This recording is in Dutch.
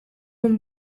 een